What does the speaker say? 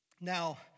Now